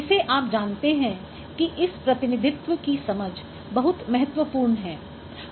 इसे आप जानते हैं कि इसके प्रतिनिधित्व की समझ बहुत महत्वपूर्ण है